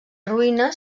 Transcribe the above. ruïnes